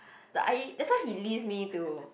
the that's why he leaves me to